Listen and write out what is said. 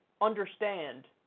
understand